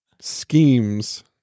schemes